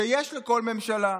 שיש לכל ממשלה.